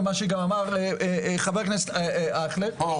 ומה שגם אמר חבר הכנסת פרוש,